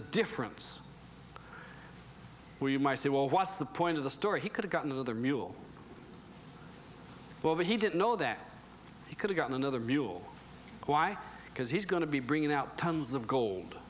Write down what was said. difference well you might say well what's the point of the story he could have gotten the mule over he didn't know that he could have gotten another mule why because he's going to be bringing out tons of gold